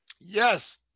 Yes